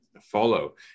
follow